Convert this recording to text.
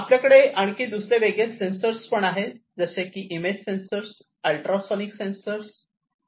आपल्याकडे आणखी दुसरे वेगवेगळे सेन्सर्स पण आहेत जसे की इमेज सेंसर अल्ट्रासोनिक सेंसर